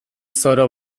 zoro